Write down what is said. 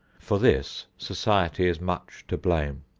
for this society is much to blame.